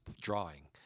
drawing